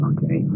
Okay